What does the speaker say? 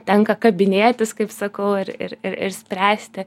tenka kabinėtis kaip sakau ir ir ir spręsti